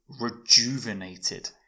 rejuvenated